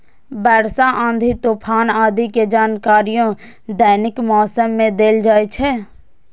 वर्षा, आंधी, तूफान आदि के जानकारियो दैनिक मौसम मे देल जाइ छै